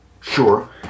Sure